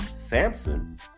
Samson